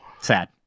sad